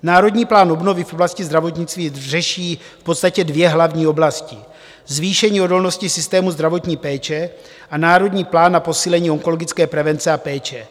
Národní plán obnovy v oblasti zdravotnictví řeší v podstatě dvě hlavní oblasti: zvýšení odolnosti systému zdravotní péče a národní plán na posílení onkologické prevence a péče.